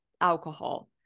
alcohol